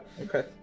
okay